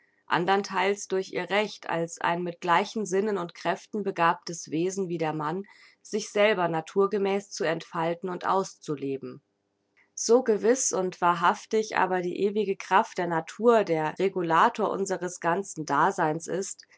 anderntheils durch ihr recht als ein mit gleichen sinnen und kräften begabtes wesen wie der mann sich selber naturgemäß zu entfalten und auszuleben so gewiß und wahrhaftig aber die ewige kraft der natur der regulator unseres ganzen daseins ist